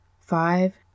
five